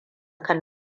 kan